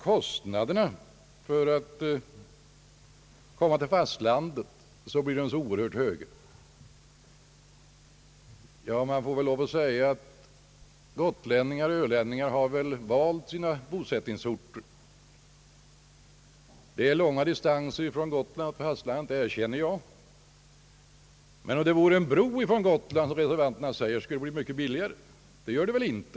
Kostnaderna för att komma till fastlandet blir så oerhört höga, heter det, men gotlänningar och ölänningar har väl valt sina bosättningsorter. Det är långa distanser från Gotland till fastlandet, det erkänner jag. Men, säger reservanterna, om det funnes en bro från Gotland skulle det bli mycket billigare att komma till fastlandet. Det blir det väl inte.